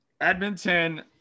Edmonton